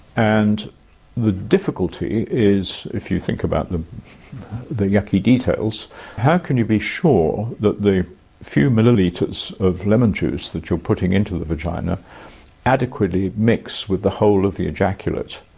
and the difficulty is, if you think about the the yucky details how can you be sure that the few millilitres of lemon juice that you are putting into the vagina adequately mix with the whole of the ejaculate?